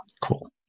Cool